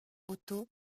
otto